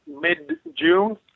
mid-June